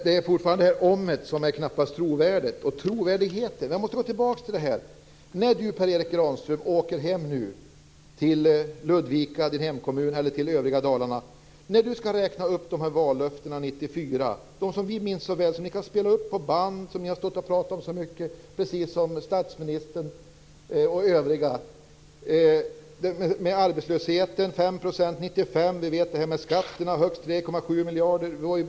Fru talman! Om:et är fortfarande knappast trovärdigt. Jag måste gå tillbaka till det. Per Erik Granström åker nu hem till Ludvika, hans hemkommun, eller till övriga Dalarna och räknar upp vallöftena från 1994 som vi minns så väl, som ni kan spela upp på band, som ni har pratat om mycket, både statsministern och övriga - en arbetslöshet på 5 % 1995 och skatter på högst 3,7 miljarder.